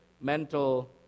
mental